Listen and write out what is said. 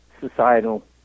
societal